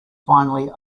finally